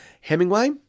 Hemingway